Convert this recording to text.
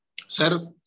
Sir